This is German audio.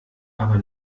aber